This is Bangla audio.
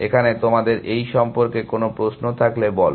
এখানে তোমাদের এই সম্পর্কে কোন প্রশ্ন থাকলে বলো